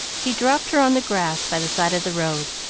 he dropped her on the grass by the side of the road,